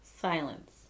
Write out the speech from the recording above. silence